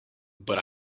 but